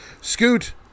Scoot